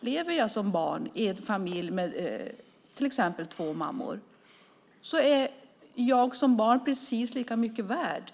Lever jag som barn i en familj med till exempel två mammor är jag som barn precis lika mycket värd.